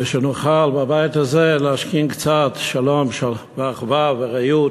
ושנוכל בבית הזה להשכין קצת שלום ואחווה ורעות.